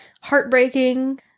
Heartbreaking